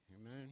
amen